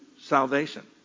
salvation